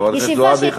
חברת הכנסת זועבי.